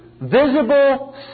visible